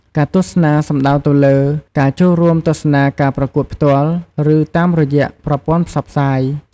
ការទស្សនាសំដៅទៅលើការ ចូលរួមទស្សនាការប្រកួតផ្ទាល់ ឬតាមរយៈប្រព័ន្ធផ្សព្វផ្សាយ។